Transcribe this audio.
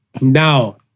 Now